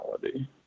reality